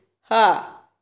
Ha